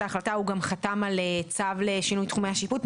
ההחלטה הוא גם חתם על צו לשינוי תחומי השיפוט.